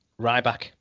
Ryback